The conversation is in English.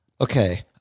Okay